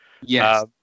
yes